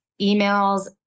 emails